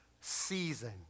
season